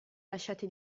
lasciati